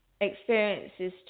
experiences